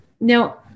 Now